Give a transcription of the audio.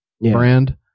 brand